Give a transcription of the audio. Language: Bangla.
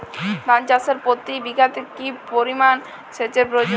ধান চাষে প্রতি বিঘাতে কি পরিমান সেচের প্রয়োজন?